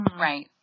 Right